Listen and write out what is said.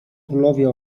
królowie